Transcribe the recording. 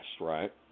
right